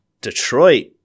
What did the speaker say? Detroit